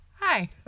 hi